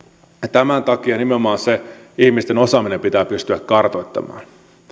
tämän takia nimenomaan se ihmisten osaaminen pitää pystyä kartoittamaan